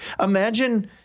imagine